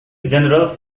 generals